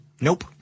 Nope